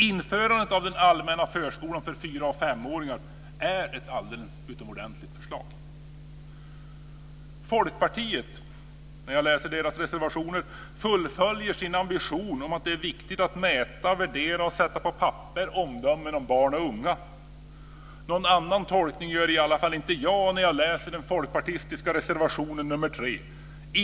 Införandet av den allmänna förskolan för fyra och femåringar är ett alldeles utomordentligt förslag. Folkpartiet - det framgår när jag läser deras reservationer - fullföljer sin ambition om att det är viktigt att mäta, värdera och sätta på papper omdömen om barn och unga. Någon annan tolkning gör i alla fall inte jag när jag läser reservation nr 3 från Folkpartiet.